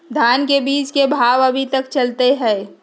धान के बीज के भाव अभी की चलतई हई?